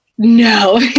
No